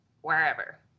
wherever